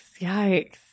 Yikes